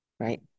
right